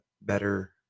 better